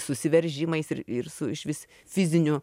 susiveržimais ir ir su išvis fiziniu